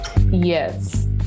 Yes